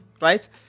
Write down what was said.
right